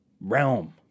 realm